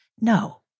No